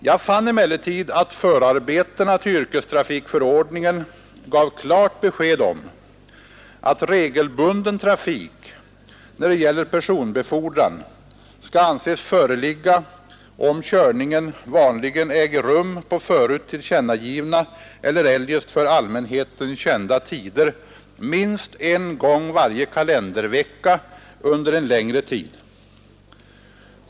Jag fann emellertid att förarbetena till yrkestrafikförordningen gav klart besked om att regelbunden trafik, när det gäller personbefordran, skall anses föreligga om körningen vanligen äger rum på förut tillkännagivna eller eljest för allmänheten kända tider minst en gång varje kalendervecka under en längre tid.